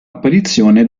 apparizione